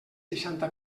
seixanta